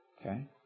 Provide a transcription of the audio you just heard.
Okay